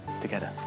together